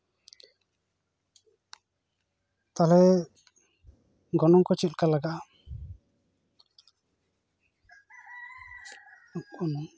ᱛᱟᱦᱞᱮ ᱜᱚᱱᱚᱝ ᱠᱚ ᱪᱮᱫᱞᱮᱠᱟ ᱞᱟᱜᱟᱜᱼᱟ